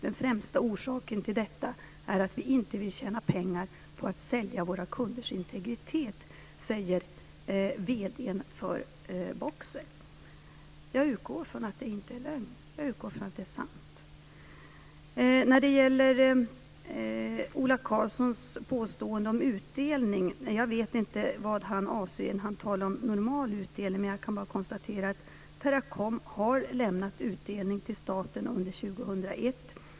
Den främsta orsaken till detta är att vi inte vill tjäna pengar på att sälja våra kunders integritet, säger vd:n för Boxer. Jag utgår från att det inte är lögn, utan att det är sant. När det gäller Ola Karlssons påstående om utdelning, vet jag inte vad han avser när han talar om normal utdelning. Jag kan bara konstatera att Teracom har lämnat utdelning till staten under 2001.